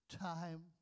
time